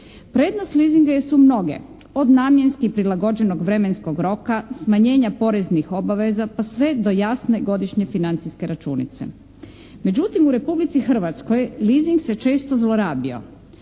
Prednosti leasinga su mnoge, od namjenski prilagođenog vremenskog roka, smanjenja poreznih obveza, pa sve do jasne godišnje financijske računice. Međutim, u Republici Hrvatskoj leasing se često zlorabio.